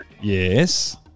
yes